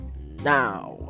now